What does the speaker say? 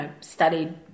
studied